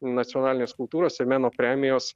nacionalinės kultūros ir meno premijos